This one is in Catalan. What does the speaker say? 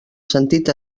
sentit